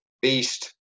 Beast